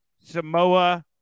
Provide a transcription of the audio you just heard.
Samoa